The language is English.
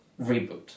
Reboot